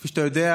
כפי שאתה יודע,